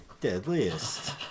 Deadliest